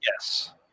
Yes